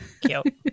Cute